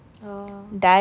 oh